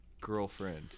girlfriend